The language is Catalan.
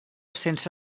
sense